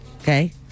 okay